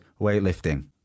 weightlifting